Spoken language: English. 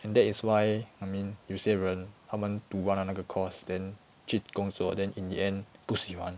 and that is why I mean 有些人他们读完了那个 course then 去工作 then in the end 不喜欢